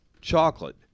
Chocolate